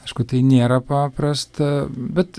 aišku tai nėra paprasta bet